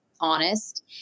honest